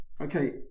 Okay